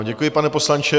Děkuji vám, pane poslanče.